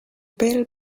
bell